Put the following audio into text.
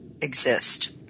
exist